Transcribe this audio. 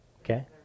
Okay